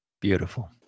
Beautiful